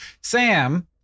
Sam